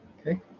okay